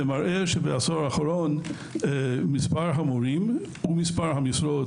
שמראים שבעשור האחרון מספר המורים ומספר המשרות